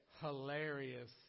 hilarious